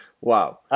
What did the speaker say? wow